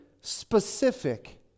specific